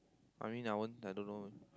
I mean I won't I don't know